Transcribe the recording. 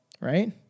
Right